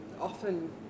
often